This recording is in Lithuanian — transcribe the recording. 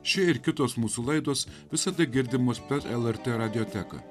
šie ir kitos mūsų laidos visada girdimos per el er t radijo teką